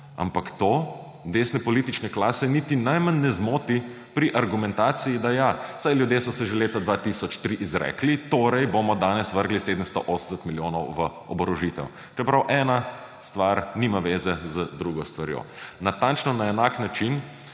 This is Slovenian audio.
Ampak to desne politične klase niti najmanj ne zmoti pri argumentaciji, da, ja, saj ljudje so se že leta 2003 izrekli, torej bomo danes vrgli 780 milijonov v oborožitev, čeprav ena stvar nima zveze z drugo stvarjo. Natančno na enak način